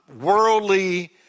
worldly